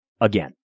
again